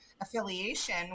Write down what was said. affiliation